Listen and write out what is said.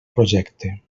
projecte